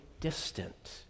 distant